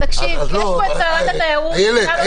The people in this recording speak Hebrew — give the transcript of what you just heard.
יש פה את שרת התיירות --- איילת,